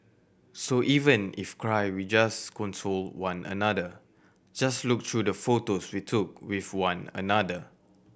so even if cry we just console one another just look through the photos we took with one another